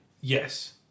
Yes